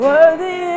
Worthy